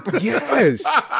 yes